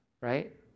right